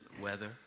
weather